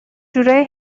جورایی